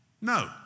No